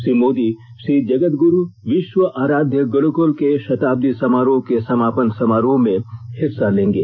श्री मोदी श्रीजगदगुरू विश्वआराध्य गुरूकुल के शताब्दी समारोह के समापन समारोह में हिस्सा लेंगे